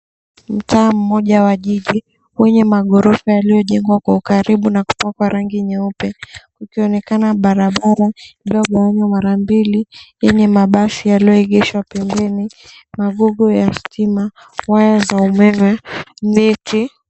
Mtaa mmoja wa jiji kwenye magorofa yaliyojengwa kwa ukaribu na kupakwa rangi nyeupe kukionekana barabara ndogo iliyo mara mbili yenye mabasi yaliyoegeshwa pembeni magogo ya stima, waya za umeme, niki